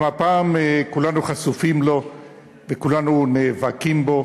גם הפעם כולנו חשופים לו וכולנו נאבקים בו,